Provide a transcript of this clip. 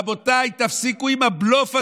רבותיי, תפסיקו עם הבלוף הזה.